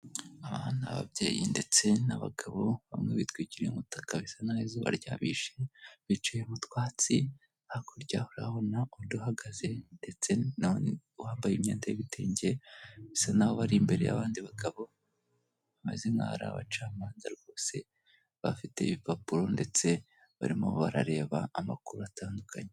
Aba ni ababyeyi ndetse n'abagabo bitwikiriya umutaka, biusa nkaho izuba ryabishe, bicaye mu twatsi, hakurya urahabona uduhagaze, ndetse n'uwambaye imyenda y'ibitenge, bisa naho bari imbere y'abandi bagabo bameze nk'aho ari abacamanza rwose, bafite ibipapuro ndetse barimo barareba amakuru atandukanye.